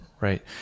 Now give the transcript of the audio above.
Right